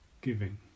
giving